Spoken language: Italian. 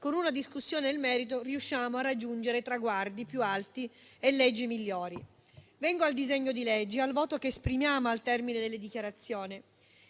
con una discussione nel merito, riusciamo a raggiungere traguardi più alti e leggi migliori. Vengo al disegno di legge e al voto che esprimeremo al termine delle dichiarazioni.